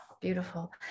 beautiful